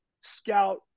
scout